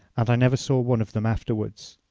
and i never saw one of them afterwards.